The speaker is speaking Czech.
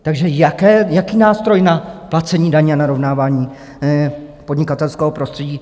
Takže jaký nástroj na placení daně, narovnávání podnikatelského prostředí?